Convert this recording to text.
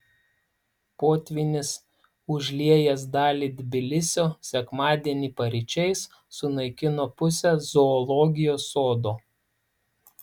potvynis užliejęs dalį tbilisio sekmadienį paryčiais sunaikino pusę zoologijos sodo